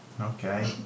Okay